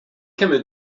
camel